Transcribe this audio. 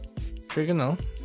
Trigonal